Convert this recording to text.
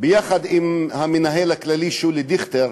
שעם המנהל הכללי שולי דיכטר,